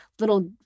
little